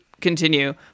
continue